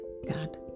God